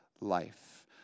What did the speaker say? life